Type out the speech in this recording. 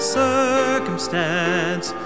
circumstance